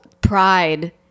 Pride